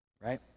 Right